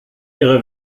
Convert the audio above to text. ihre